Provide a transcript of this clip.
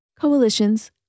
Coalitions